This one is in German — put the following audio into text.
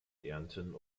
ernten